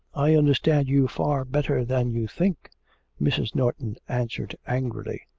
i understand you far better than you think mrs. norton answered angrily.